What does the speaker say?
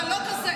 אתה לא כזה.